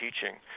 teaching